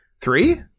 Three